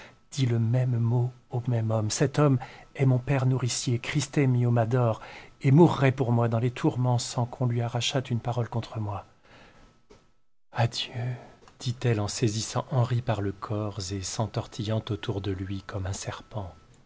le même mot au même homme cet homme est mon père nourricier christemio m'adore et mourrait pour moi dans les tourments sans qu'on lui arrachât une parole contre moi adieu dit-elle en saisissant henri par le corps et s'entortillant autour de lui comme un serpent